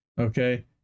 Okay